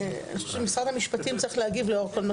אני חושבת שמשרד המשפטים צריך להגיב לאור כל מה